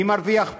מי מרוויח פה?